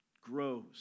grows